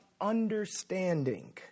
understanding